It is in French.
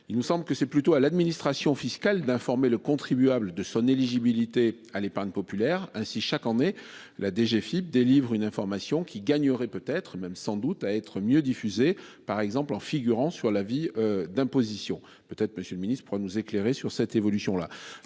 Il me semble que c'est plutôt à l'administration fiscale d'informer le contribuable de son éligibilité à l'épargne populaire ainsi chaque année la DGFIP délivre une information qui gagnerait peut-être même sans doute à être mieux. Par exemple en figurant sur l'avis d'imposition peut-être Monsieur le Ministre pour nous éclairer sur cette évolution là,